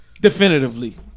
Definitively